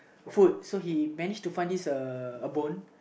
food so he managed to find this uh a bone